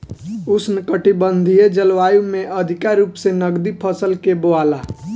उष्णकटिबंधीय जलवायु में अधिका रूप से नकदी फसल के बोआला